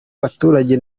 baturage